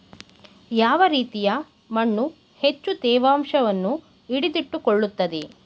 ಯಾವ ರೀತಿಯ ಮಣ್ಣು ಹೆಚ್ಚು ತೇವಾಂಶವನ್ನು ಹಿಡಿದಿಟ್ಟುಕೊಳ್ಳುತ್ತದೆ?